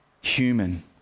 human